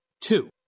Two